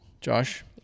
Josh